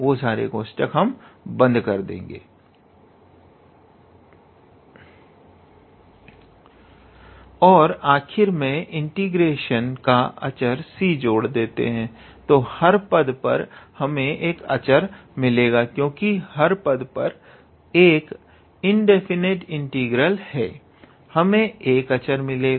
और आखिर में एक इंटीग्रेशन का अचर c जोड़ते हैं तो हर पद पर हमें एक अचर मिलेगा क्योंकि हर पद पर एक इनडेफिनेट इंटीग्रल है हमें एक अचर मिलेगा